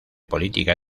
política